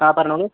ആ പറഞ്ഞോളൂ